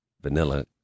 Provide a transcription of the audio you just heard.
vanilla